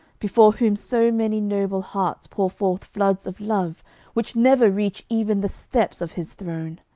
before whom so many noble hearts pour forth floods of love which never reach even the steps of his throne